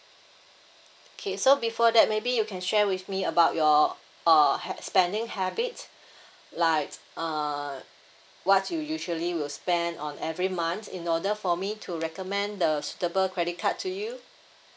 okay so before that maybe you can share with me about your uh ha~ spending habit like uh what you usually will spend on every month in order for me to recommend the suitable credit card to you